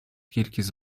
кількість